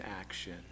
action